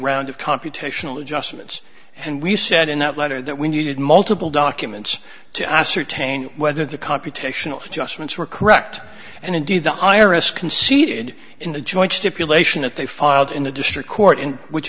round of computational adjustments and we said in that letter that we needed multiple documents to ascertain whether the computational adjustments were correct and indeed the iris conceded in a joint stipulation that they filed in the district court in which